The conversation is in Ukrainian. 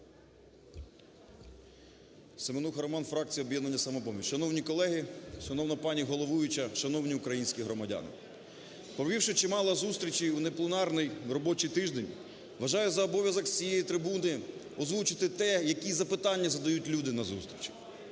Семенуха Роман, фракція "Об'єднання "Самопоміч". Шановні колеги, шановна пані головуюча, шановні українські громадяни! Провівши чимало зустрічей у непленарний робочий тиждень, вважаю за обов'язок з цієї трибуни озвучити те, які запитання задають люди на зустрічах.